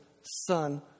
son